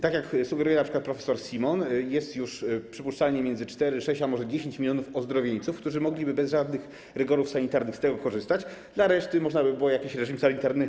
Tak jak sugeruje np. prof. Simon, jest już przypuszczalnie między 4 mln, 6 mln a 10 mln ozdrowieńców, którzy mogliby bez żadnych rygorów sanitarnych z tego korzystać, dla reszty można by było wprowadzić jakiś reżim sanitarny.